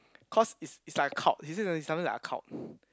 cause is is like a cult he say it's something something like a cult